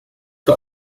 got